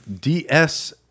DS